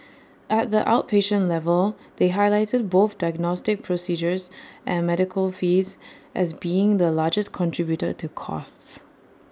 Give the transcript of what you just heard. at the outpatient level they highlighted both diagnostic procedures and medical fees as being the largest contributor to costs